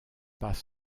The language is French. pas